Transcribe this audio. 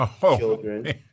children